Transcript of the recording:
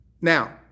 Now